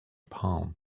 palm